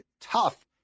tough